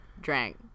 drank